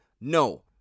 No